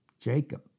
Jacob